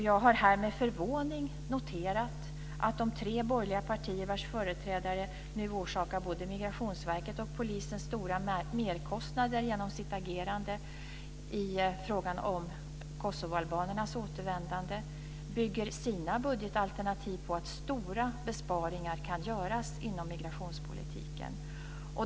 Jag har här med förvåning noterat att de tre borgerliga partier vars företrädare nu orsakar både Migrationsverket och polisen stora merkostnader genom sitt agerande i fråga om kosovoalbanernas återvändande, bygger sina budgetalternativ på att stora besparingar kan göras inom migrationspolitiken.